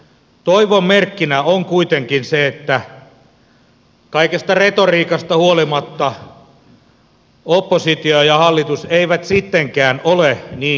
toivon merkkinä on kuitenkin se että kaikesta retoriikasta huolimatta oppositio ja hallitus eivät sittenkään ole niin kaukana toisistaan